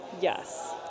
Yes